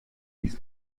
ließ